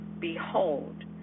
Behold